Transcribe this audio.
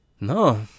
no